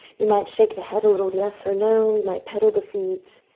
you might shake the head a little, yes or no. you might pedal the feet.